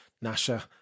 Nasha